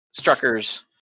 Strucker's